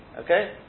Okay